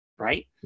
Right